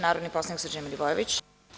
Narodni poslanik Srđan Milivojević.